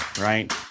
right